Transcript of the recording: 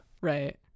Right